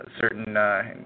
certain